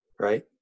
right